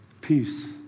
Peace